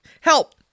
Help